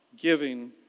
giving